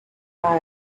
hiding